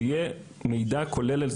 שיהיה מידע כולל,